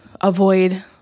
avoid